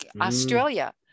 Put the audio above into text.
Australia